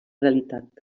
realitat